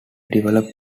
developed